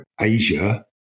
Asia